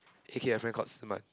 he carry a very coat smart